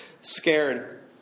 scared